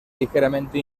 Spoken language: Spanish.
ligeramente